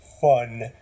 fun